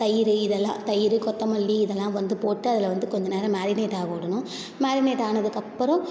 தயிர் இதெல்லாம் தயிர் கொத்தமல்லி இதெல்லாம் வந்து போட்டு அதில் வந்து கொஞ்ச நேரம் மேரினேட் ஆக உடணும் மேரினேட் ஆனதுக்கப்பறம்